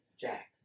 Jack